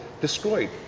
destroyed